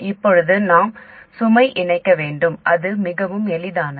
இப்போது நாம் சுமை இணைக்க வேண்டும் அது மிகவும் எளிதானது